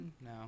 No